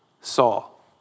Saul